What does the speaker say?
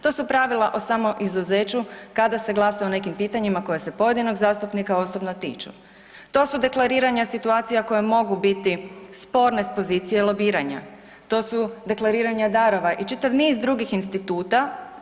To su pravila o samoizuzeću kada se glasuje o nekim pitanjima koje se pojedinog zastupnika osobno tiču, do su deklariranja situacija koje mogu bit sporne s pozicije lobiranja, to su deklariranja darova i čitav niz drugih instituta.